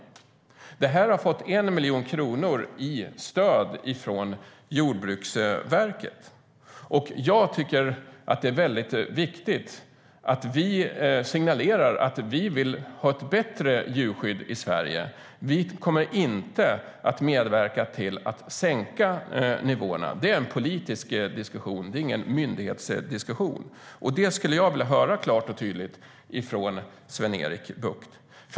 Experimentet har fått 1 miljon kronor i stöd från Jordbruksverket. Jag tycker att det är viktigt att vi signalerar att vi vill ha ett bättre djurskydd i Sverige, att vi inte kommer att medverka till att sänka nivåerna. Det är en politisk diskussion, ingen myndighetsdiskussion. Det skulle jag vilja höra klart och tydligt från Sven-Erik Bucht.